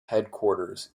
headquarters